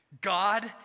God